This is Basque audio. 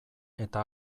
eta